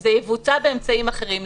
זה יבוצע באמצעים אחרים.